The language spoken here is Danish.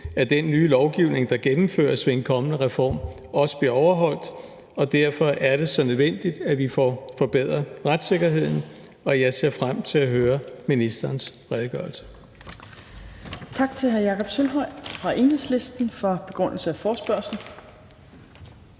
at den nye lovgivning, der gennemføres ved en kommende reform, også bliver overholdt. Derfor er det så nødvendigt, at vi får forbedret retssikkerheden. Jeg ser frem til at høre ministerens besvarelse.